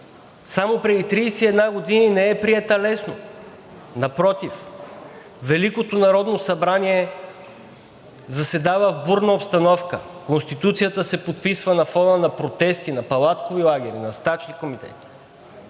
само преди 31 години не е приета лесно. Напротив, Великото народно събрание заседава в бурна обстановка. Конституцията се подписва на фона на протести, на палаткови лагери, на стачни комитети.